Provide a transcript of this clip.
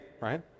right